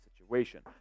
situation